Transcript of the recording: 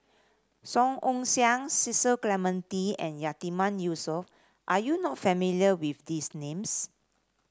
Song Ong Siang Cecil Clementi and Yatiman Yusof are you not familiar with these names